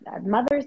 mothers